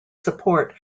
support